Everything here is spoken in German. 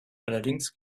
allerdings